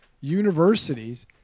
universities